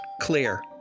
clear